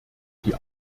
die